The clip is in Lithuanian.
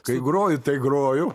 kai groju tai groju